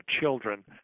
children